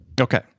Okay